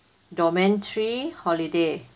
domain three holiday